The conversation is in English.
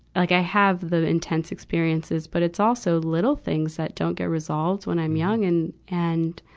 like i have the intense experiences, but it's also little things that don't get resolved when i'm young. and, and,